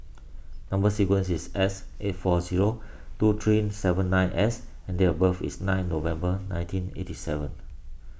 Number Sequence is S eight four zero two three seven nine S and date of birth is nine November nineteen eighty seven